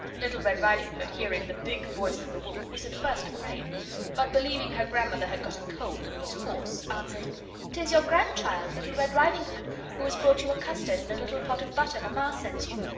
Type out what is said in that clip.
little red riding-hood, hearing the big voice of the wolf, was at first afraid but believing her grandmother had got a cold and was hoarse, answered tis your grandchild, little red riding-hood, who has brought you a custard and a little pot of butter mamma sends you.